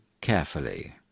carefully